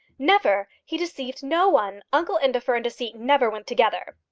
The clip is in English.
never he deceived no one. uncle indefer and deceit never went together.